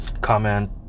comment